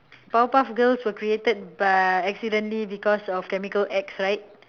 power puff girls were created by accidentally because of chemical X right